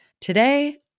Today